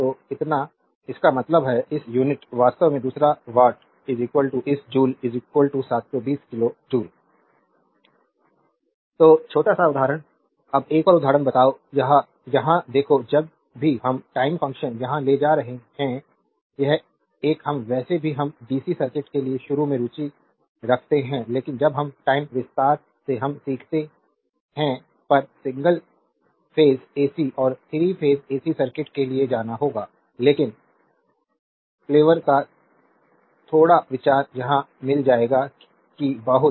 तो इतना इसका मतलब है इस यूनिट वास्तव में दूसरा वाट इस joule 720 kilo joule slide time देखें 0157 तो छोटा सा उदाहरण अब एक और उदाहरण बताओ यह यहां देखो जब भी हम टाइम फंक्शन यहां ले जा रहे है यह एक हम वैसे भी हम डीसी सर्किट के लिए शुरू में रुचि रखते हैं लेकिन जब हम टाइम विस्तार से हम सीखते है पर सिंगल फेज एसी और 3 फेज एसी सर्किट के लिए जाना होगा लेकिन फ्लेवर का थोड़ा विचार यहां मिल जाएगा कि बहुत